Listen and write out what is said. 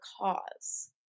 cause